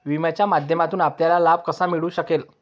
विम्याच्या माध्यमातून आपल्याला लाभ कसा मिळू शकेल?